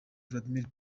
vladimir